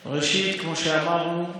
ראשית, כמו שאמרנו,